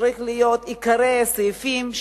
צריכים להיות עיקרי הסעיפים,